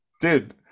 Dude